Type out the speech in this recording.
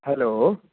hello